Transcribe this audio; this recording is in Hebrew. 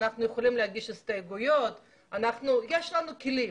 אנחנו יכולים להגיש הסתייגויות ויש לנו כלים.